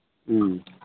ꯎꯝ